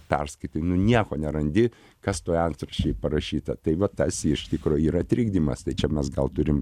perskaitai nu nieko nerandi kas toj antraštėj parašyta tai va tas iš tikro yra trikdymas tai čia mes gal turim